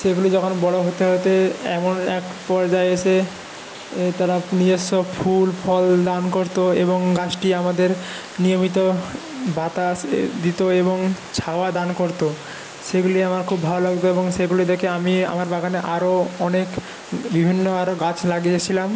সেগুলি যখন বড় হতে হতে এমন এক পর্যায়ে এসে তারা নিজস্ব ফুল ফল দান করত এবং গাছটি আমাদের নিয়মিত বাতাস দিত এবং ছায়া দান করত সেগুলি আমার খুব ভালো লাগত এবং সেগুলি দেখে আমি আমার বাগানে আরও অনেক বিভিন্ন আরও গাছ লাগিয়েছিলাম